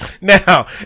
Now